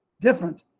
different